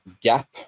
gap